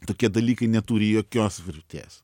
tokie dalykai neturi jokios vertės